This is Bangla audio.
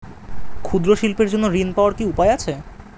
ক্ষুদ্র শিল্পের জন্য ঋণ পাওয়ার কি উপায় আছে?